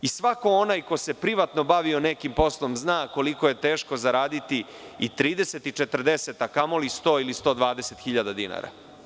I svako onaj ko se privatno bavio nekim poslom zna koliko je teško zaraditi i 30 i 40, a kamoli 100 ili 120 hiljada dinara.